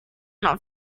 not